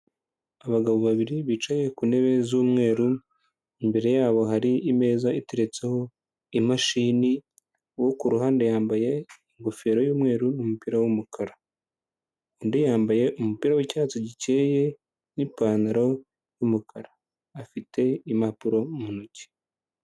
Abagabo babiri bicaye ku ntebe z'umweru, imbere yabo hari imeza iteretseho imashini, uwo ku ruhande yambaye ingofero y'umweru n'umupira w'umukara, undi yambaye umupira w'icyatsi gikeye n'ipantaro y'umukara, afite impapuro mu ntoki.